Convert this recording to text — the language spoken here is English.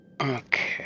Okay